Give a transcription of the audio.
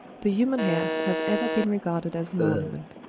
the human hair has ever been regarded as an ornament.